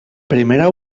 primera